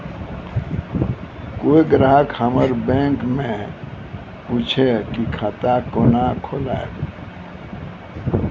कोय ग्राहक हमर बैक मैं पुछे की खाता कोना खोलायब?